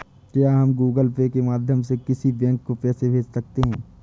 क्या हम Google Pay के माध्यम से किसी बैंक को पैसे भेज सकते हैं?